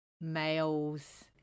males